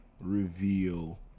reveal